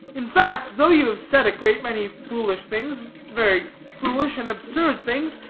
in fact, though you have said a great many foolish things, very foolish and absurd things,